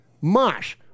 Mosh